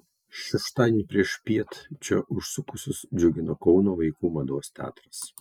šeštadienį priešpiet čia užsukusius džiugino kauno vaikų mados teatras